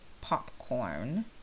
Popcorn